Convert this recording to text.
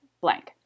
blank